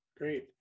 Great